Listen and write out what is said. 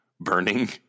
burning